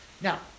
Now